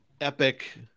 epic